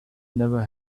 never